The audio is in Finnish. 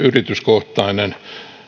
yrityskohtainen